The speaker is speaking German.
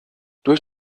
durch